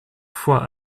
fois